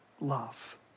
love